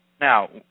Now